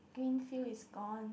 green field is gone